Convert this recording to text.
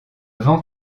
vent